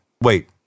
wait